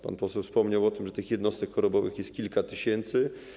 Pan poseł wspomniał o tym, że tych jednostek chorobowych jest kilka tysięcy.